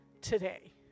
today